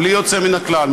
בלי יוצא מן הכלל,